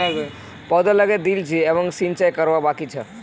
पौधा लगइ दिल छि अब सिंचाई करवा बाकी छ